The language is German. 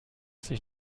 sich